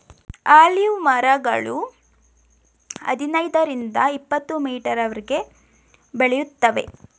olive ಮರಗಳು ಹದಿನೈದರಿಂದ ಇಪತ್ತುಮೀಟರ್ವರೆಗೆ ಬೆಳೆಯುತ್ತವೆ